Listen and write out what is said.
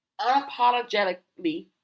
unapologetically